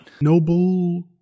Noble